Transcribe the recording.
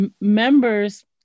Members